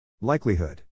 Likelihood